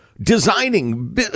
designing